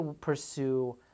pursue